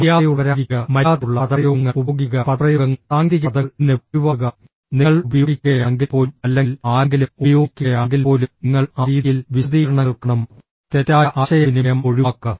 മര്യാദയുള്ളവരായിരിക്കുക മര്യാദയുള്ള പദപ്രയോഗങ്ങൾ ഉപയോഗിക്കുക പദപ്രയോഗങ്ങൾ സാങ്കേതിക പദങ്ങൾ എന്നിവ ഒഴിവാക്കുക നിങ്ങൾ ഉപയോഗിക്കുകയാണെങ്കിൽപ്പോലും അല്ലെങ്കിൽ ആരെങ്കിലും ഉപയോഗിക്കുകയാണെങ്കിൽപ്പോലും നിങ്ങൾ ആ രീതിയിൽ വിശദീകരണങ്ങൾ കാണും തെറ്റായ ആശയവിനിമയം ഒഴിവാക്കുക